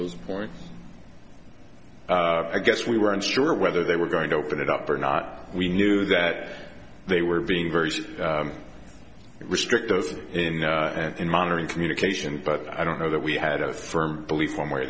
those points i guess we were unsure whether they were going to open it up or not we knew that they were being very restrict those in and monitoring communication but i don't know that we had a firm belief one way or